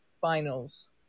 Finals